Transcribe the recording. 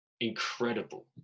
incredible